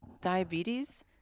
diabetes